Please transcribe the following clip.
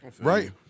right